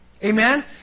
Amen